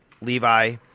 Levi